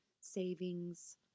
savings